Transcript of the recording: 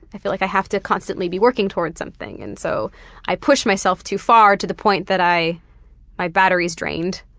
i feel like i have to constantly be working towards something, and so i push myself too far to the point that my battery is drained.